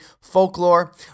folklore